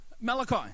Malachi